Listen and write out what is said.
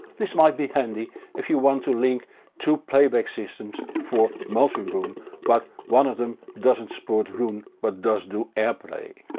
this might be handy if you want to link two playback systems for multiroom but one of them doesn't support roon but does do airplay.